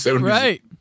Right